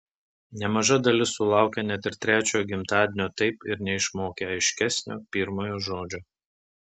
nemaža dalis sulaukia net ir trečiojo gimtadienio taip ir neišmokę aiškesnio pirmojo žodžio